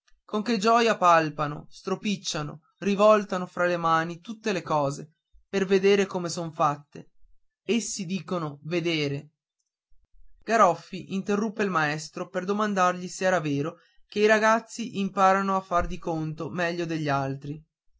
con che gioia palpano stropicciano rivoltano fra le mani tutte le cose per vedere come son fatte essi dicono vedere garoffi interruppe il maestro per domandargli se era vero che i ragazzi ciechi imparano a far di conto meglio degli altri